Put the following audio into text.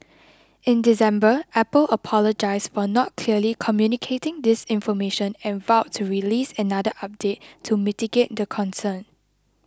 in December Apple apologised for not clearly communicating this information and vowed to release another update to mitigate the concern